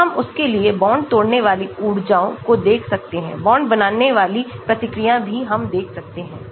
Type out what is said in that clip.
तो हम उसके लिए बांड तोड़ने वाली ऊर्जाओं को देख सकते हैं बांड बनाने वाली प्रतिक्रियाएं भी हम देख सकते हैं